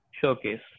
showcase